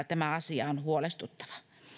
tämä asia on huolestuttava